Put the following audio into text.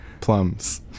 plums